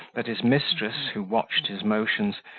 that his mistress, who watched his motions,